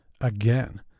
Again